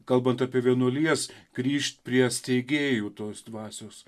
kalbant apie vienuolijas grįžt prie steigėjų tos dvasios